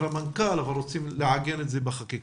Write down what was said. המנכ"ל אלא שרוצים לעגן זאת בחקיקה.